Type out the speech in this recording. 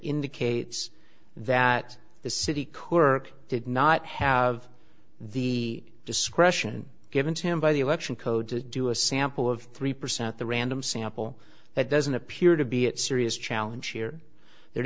indicates that the city kirk did not have the discretion given to him by the election code to do a sample of three percent the random sample that doesn't appear to be a serious challenge here there